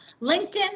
LinkedIn